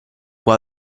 può